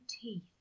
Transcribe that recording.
teeth